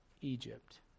Egypt